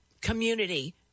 community